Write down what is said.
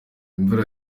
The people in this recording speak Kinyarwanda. imvura